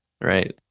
right